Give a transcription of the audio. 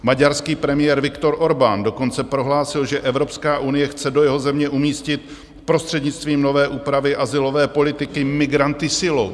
Maďarský premiér Viktor Orbán dokonce prohlásil, že Evropská unie chce do jeho země umístit prostřednictvím nové úpravy azylové politiky migranty silou.